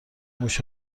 موش